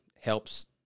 helps